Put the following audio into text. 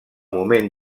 moment